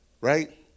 right